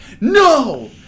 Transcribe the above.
No